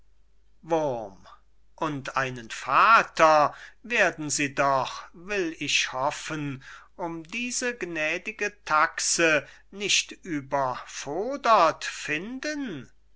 wurm und einen vater werden sie doch will ich hoffen um diese gnädige taxe nicht überfordert finden